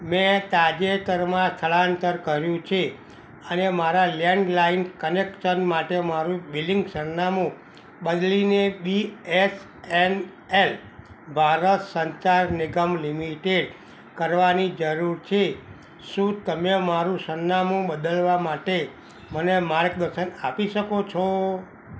મેં તાજેતરમાં સ્થળાંતર કર્યું છે અને મારા લેન્ડલાઇન કનેક્શન માટે મારું બિલિંગ સરનામું બદલીને B F N L Bharat Sarkar Nigam limited કરવાની જરૂર છે શું તમે મારું સરનામું બદલવા માટે મને માર્ગદર્શન આપી શકો છો